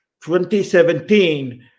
2017